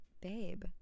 babe